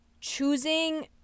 choosing